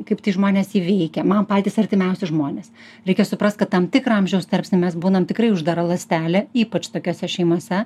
kaip tai žmones įveikia man patys artimiausi žmonės reikia suprast kad tam tikrą amžiaus tarpsnį mes būnam tikrai uždara ląstelė ypač tokiose šeimose